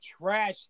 trash